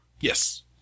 Yes